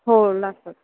हो लागतात